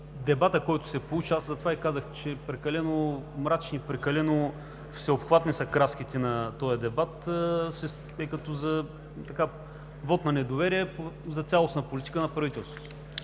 Дебатът, който се получи – аз затова и казах, че прекалено мрачни, прекалено всеобхватни са краските на този дебат – е като за вот на недоверие за цялостната политика на правителството.